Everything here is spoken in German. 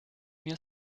mir